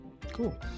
Cool